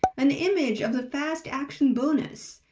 an image of the fast action bonus,